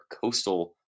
coastal